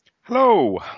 Hello